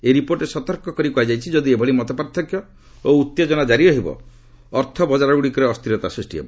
ଏହି ରିପୋର୍ଟରେ ସତର୍କ କରି କୁହାଯାଇଛି ଯଦି ଏଭଳି ମତ ପାର୍ଥକ୍ୟ ଓ ଉତ୍ତେଜନା ଜାରି ରହିବ ଅର୍ଥ ବଜାରଗୁଡ଼ିକରେ ଅସ୍ଥିରତା ସୃଷ୍ଟି ହେବ